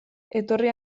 etorri